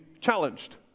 challenged